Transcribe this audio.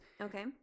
Okay